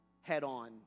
head-on